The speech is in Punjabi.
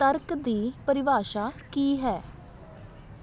ਤਰਕ ਦੀ ਪਰਿਭਾਸ਼ਾ ਕੀ ਹੈ